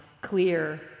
clear